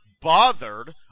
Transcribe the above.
Bothered